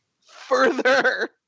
further